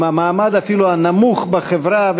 אפילו עם המעמד הנמוך בחברה,